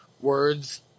words